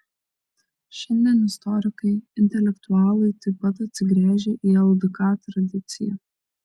šiandien istorikai intelektualai taip pat atsigręžią į ldk tradiciją